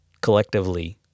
collectively